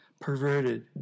perverted